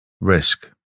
risk